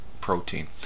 protein